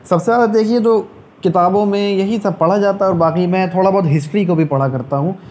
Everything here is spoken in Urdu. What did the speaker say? سب سے زیادہ تو یہ جو کتابوں میں یہی سب پڑھا جاتا اور باقی میں تھوڑا بہت ہسٹری کو بھی پڑھا کرتا ہوں